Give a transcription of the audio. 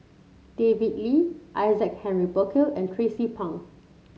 David Lee Isaac Henry Burkill and Tracie Pang